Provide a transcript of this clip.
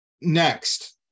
Next